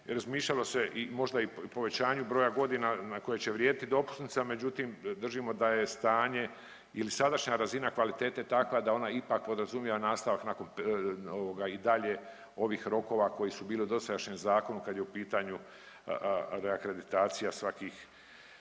razmišljalo se i možda i povećanju broja godina na koje će vrijediti dopusnica, međutim držimo da je stanje ili sadašnja razina kvalitete takva da ona ipak podrazumijeva nastavak nakon ovoga i dalje ovih rokova koji su bili u dosadašnjem zakonu kad je u pitanju reakreditacija svakih,